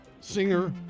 singer